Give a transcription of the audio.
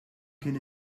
kien